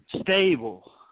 stable